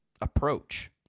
approach